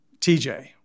TJ